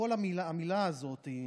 כל המילה הזאת,